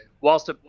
whilst